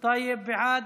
חבר הכנסת טייב, בעד,